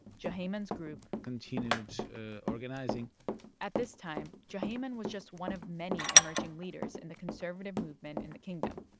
juhayman's group. continued organizing at this time, juhayman was just one of many emerging leaders in the conservative movement in the kingdom.